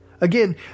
Again